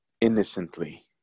innocently